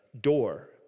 door